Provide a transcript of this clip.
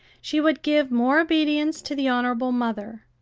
she would give more obedience to the honorable mother,